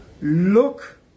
look